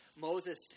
Moses